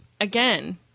again